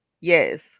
yes